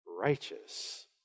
righteous